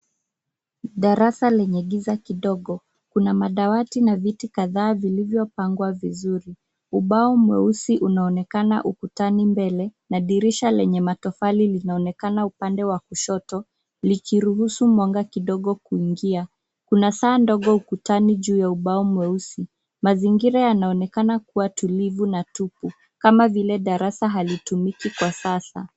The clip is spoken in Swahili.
Darasa lenye giza kidogo. Kuna madawati na viti kadhaa vilivyopangwa vizuri. Ubao mweusi unaonekana ukutani mbele, na dirisha lenye matofali linaonekana upande wa kushoto likiruhusu mwangaza kidogo kuingia. Kuna saa ndogo ukutani juu ya ubao mweusi. Mazingira yanaonekana kuwa tulivu na tupu kama vile darasa halitumiki kwa sasa.